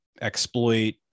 exploit